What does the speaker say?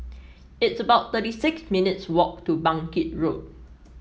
it's about thirty six minutes' walk to Bangkit Road